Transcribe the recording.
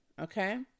Okay